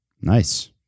Nice